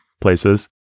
places